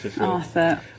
arthur